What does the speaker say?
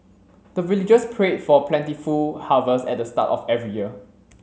the villagers pray for plentiful harvest at the start of every year